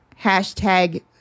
Hashtag